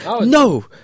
No